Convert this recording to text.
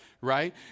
right